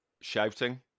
Shouting